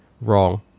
wrong